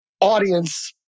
audience